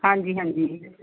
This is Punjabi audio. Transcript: ਹਾਂਜੀ ਹਾਂਜੀ